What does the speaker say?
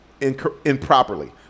improperly